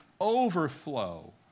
overflow